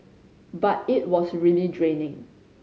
but it was really draining